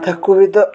ତାକୁ ବି ତ